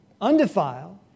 undefiled